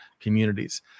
communities